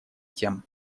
тем